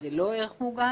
האם זה לא ערך מוגן?